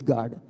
God